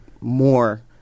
more